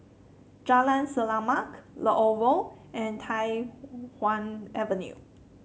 Jalan Selamat the Oval and Tai Hwan Avenue